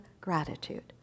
gratitude